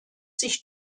sich